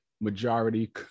majority